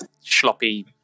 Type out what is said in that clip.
sloppy